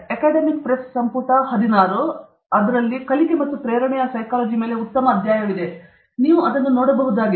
academic press ಸಂಪುಟ ಹದಿನಾರು ರಲ್ಲಿ ಕಲಿಕೆ ಮತ್ತು ಪ್ರೇರಣೆಯ ಸೈಕಾಲಜಿ ಮೇಲೆ ಉತ್ತಮ ಅಧ್ಯಾಯವಿದೆ ನೀವು ಇದನ್ನು ನೋಡಬಹುದಾಗಿದೆ